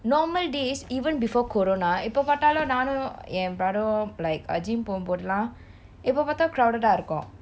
normal days even before corona எப்ப பாத்தாலும் நானும் என்:eppe paatalom naanum en brother like gym போம்போதுலாம் எப்ப பாத்தாலும்:pompothulaam eppe paatalom crowded ah இருக்கும்:irukuum